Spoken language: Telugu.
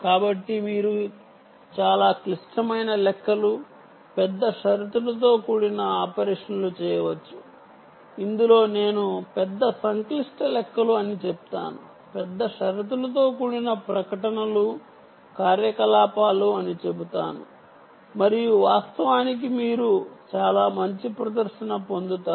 కాబట్టి ఇక్కడ మీరు చాలా క్లిష్టమైన లెక్కలు పెద్ద షరతులతో కూడిన ఆపరేషన్లు చేయవచ్చు ఇందులో నేను పెద్ద సంక్లిష్ట లెక్కలు అని చెప్తాను పెద్ద షరతులతో కూడిన ప్రకటనలు కార్యకలాపాలు అని చెబుతాను మరియు వాస్తవానికి మీరు చాలా మంచి ప్రదర్శన పొందుతారు